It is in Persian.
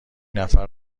نفر